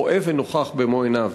רואה ונוכח במו עיניו.